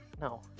no